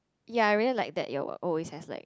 ya I really like that you're always has like